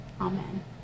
Amen